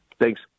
Thanks